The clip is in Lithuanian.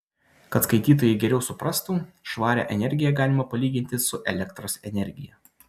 kad skaitytojai geriau suprastų švarią energiją galima palyginti su elektros energija